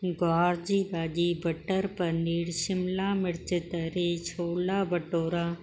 गोआर जी भाॼी बटर पनीर शिमला मिर्चु तरे छोला भटूरा